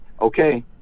okay